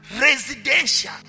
residential